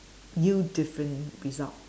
yield different result